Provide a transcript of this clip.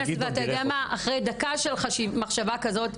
אחרי דקה של מחשבה כזאת,